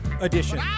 Edition